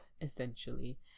essentially